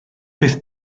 peth